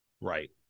Right